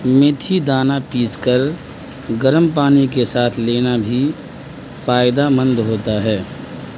میتھی دانہ پیس کر گرم پانی کے ساتھ لینا بھی فائدہ مند ہوتا ہے